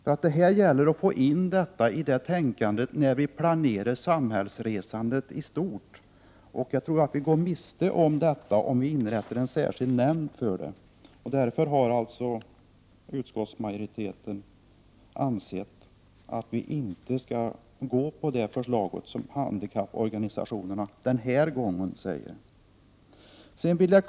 Man bör alltså få in detta i tänkandet när man planerar samhällsresandet i stort. Jag tror att vi går miste om det om vi inrättar en särskild nämnd för handikappades resor. Därför har alltså utskottsmajoriteten ansett att vi inte skall gå med på det förslag som handikapporganisationerna den här gången lägger fram.